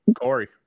Corey